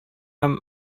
һәм